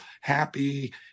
happy